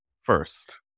first